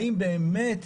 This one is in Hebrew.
האם באמת,